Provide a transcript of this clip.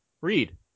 Read